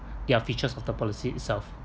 their features of the policy itself